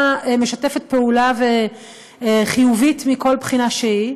משתפת פעולה וחיובית מכל בחינה שהיא,